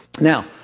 now